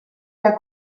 der